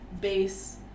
base